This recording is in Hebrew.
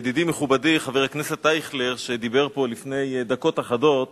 ידידי מכובדי חבר הכנסת אייכלר שדיבר פה לפני דקות אחדות